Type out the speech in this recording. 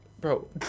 Bro